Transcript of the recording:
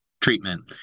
treatment